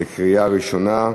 קריאה ראשונה.